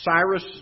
Cyrus